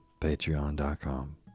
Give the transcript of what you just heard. patreon.com